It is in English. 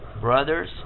brothers